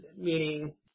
meaning